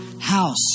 house